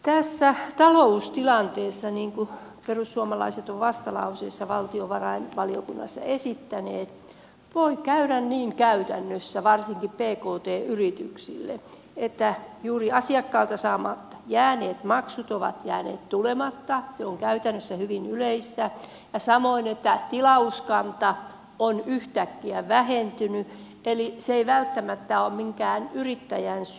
tässä taloustilanteessa niin kuin perussuomalaiset ovat vastalauseessa valtiovarainvaliokunnassa esittäneet voi käydä käytännössä varsinkin pkt yrityksille niin että juuri asiakkaalta maksut ovat jääneet tulematta se on käytännössä hyvin yleistä ja samoin että tilauskanta on yhtäkkiä vähentynyt eli se ei välttämättä ole minkään yrittäjän syy